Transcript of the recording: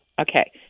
Okay